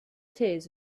tears